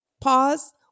pause